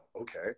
okay